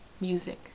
music